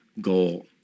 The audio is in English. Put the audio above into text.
goal